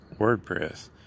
WordPress